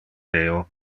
deo